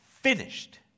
finished